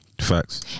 Facts